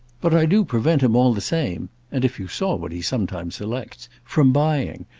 but i do prevent him all the same and if you saw what he sometimes selects from buying.